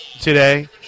today